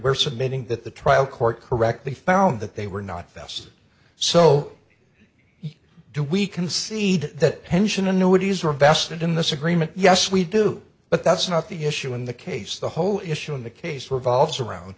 we're submitting that the trial court correctly found that they were not this so do we concede that pension annuities are vested in this agreement yes we do but that's not the issue in the case the whole issue in the case were volves around